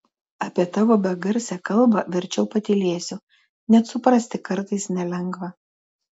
apie tavo begarsę kalbą verčiau patylėsiu net suprasti kartais nelengva